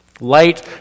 Light